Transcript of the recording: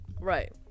Right